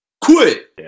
Quit